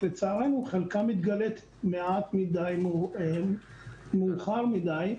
רק לצערנו, חלקה מתגלית מעט מדי, מאוחר מדי,